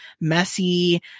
messy